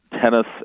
tennis